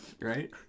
right